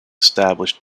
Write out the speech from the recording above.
established